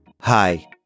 Hi